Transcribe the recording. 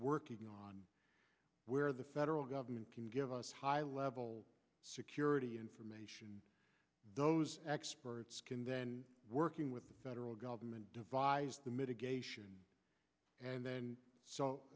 working on where the federal government can give us high level security information those experts can then working with the federal government devise the mitigation and then